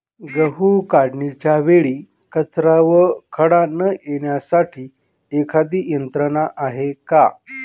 गहू काढणीच्या वेळी कचरा व खडा न येण्यासाठी एखादी यंत्रणा आहे का?